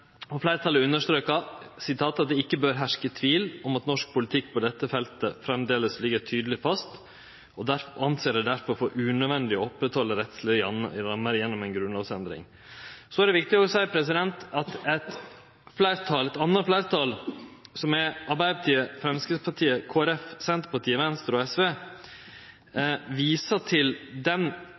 at «det ikke bør herske tvil om at norsk politikk på dette feltet fremdeles ligger tydelig fast og anser det derfor for unødvendig også å opprette rettslige rammer gjennom en grunnlovsendring». Så er det viktig å seie at eit anna fleirtal, som er Arbeidarpartiet, Framstegspartiet, Kristeleg Folkeparti, Senterpartiet, Venstre og SV, viser til den